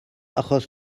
achos